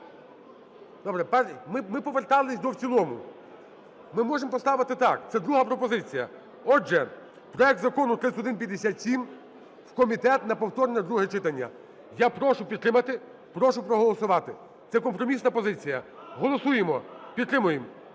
Ми повертались до в цілому. Ми можемо поставити так, це друга пропозиція. Отже, проект Закону 3157 в комітет на повторне друге читання. Я прошу підтримати, прошу проголосувати. Це компромісна позиція. Голосуємо. Підтримуємо.